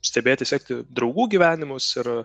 stebėti sekti draugų gyvenimus ir